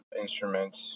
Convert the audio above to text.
instruments